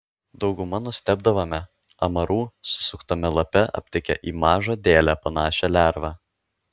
dauguma nustebdavome amarų susuktame lape aptikę į mažą dėlę panašią lervą